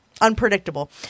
unpredictable